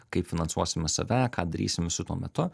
kaip finansuosime save ką darysim su tuo metu